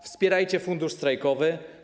Wspierajcie fundusz strajkowy.